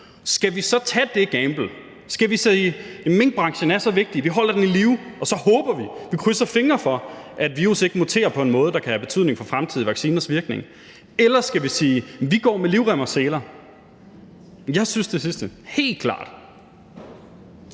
Skal vi så tage det gamble og sige: Minkbranchen er så vigtig, vi holder den i live, og så håber vi og krydser fingre for, et virus ikke muterer på en måde, der kan have betydning for fremtidige vacciners virkning? Eller skal vi sige: Vi går med livrem og seler? Jeg synes det sidste – helt klart.